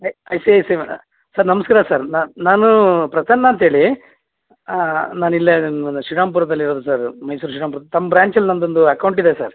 I C I C sir ನಮಸ್ಕಾರ sir ನಾನು ಪ್ರಸನ್ನ ಅಂತೇಳಿ ನಾನಿಲ್ಲೇ ಶ್ರೀರಾಮಪುರದಲ್ಲಿರೋದು ಸರ್ ಮೈಸೂರು ಶ್ರೀರಾಮಪುರ ತಮ್ಮ ಬ್ರಾಂಚಲ್ಲಿ ನನ್ನದೊಂದು ಅಕೌಂಟಿದೆ ಸರ್